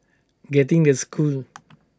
getting the school